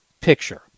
picture